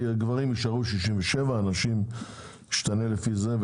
גברים יישארו עם גיל 67 וגיל הנשים ישתנה לפי זה.